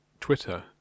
Twitter